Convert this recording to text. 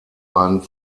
einen